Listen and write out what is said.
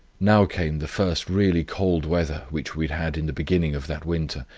now came the first really cold weather, which we had in the beginning of that winter,